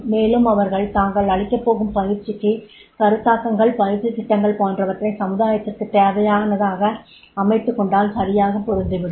மேலும் அவர்கள் தாங்கள் அளிக்கபோகும் பயிற்சிக்கு கருத்தாக்கங்கள் பயிற்சித் திட்டங்கள் போன்றவற்றை சமுதாயத்திற்கு தேவையானதாக அமைத்துக் கொண்டால் சரியாகப் பொருந்திவிடும்